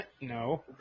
No